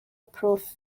prof